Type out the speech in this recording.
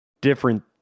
different